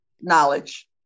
knowledge